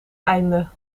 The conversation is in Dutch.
einde